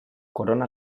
corona